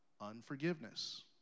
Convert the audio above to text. unforgiveness